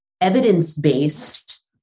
evidence-based